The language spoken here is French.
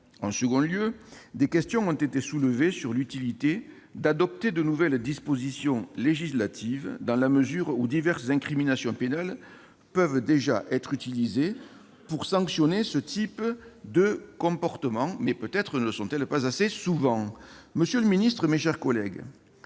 En second lieu, des questions ont été soulevées sur l'utilité d'adopter de nouvelles dispositions législatives dans la mesure où diverses incriminations pénales peuvent déjà être utilisées pour sanctionner ce type de comportements- peut-être ne sont-elles pas convoquées assez souvent. Monsieur le secrétaire d'État, mes chers collègues,